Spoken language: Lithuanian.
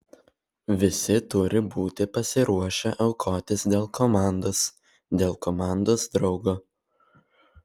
visi turi būti pasiruošę aukotis dėl komandos dėl komandos draugo